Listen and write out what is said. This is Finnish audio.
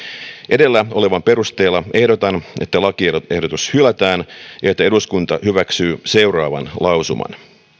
edellä olevan perusteella ehdotan että lakiehdotus hylätään ja että eduskunta hyväksyy seuraavan lausuman